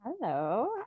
Hello